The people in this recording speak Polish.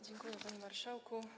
Dziękuję, panie marszałku.